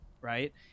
right